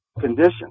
condition